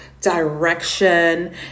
direction